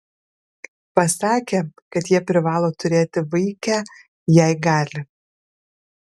pasakė kad jie privalo turėti vaikę jei gali